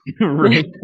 Right